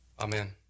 Amen